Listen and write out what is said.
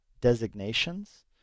designations